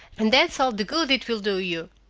and that's all the good it will do you.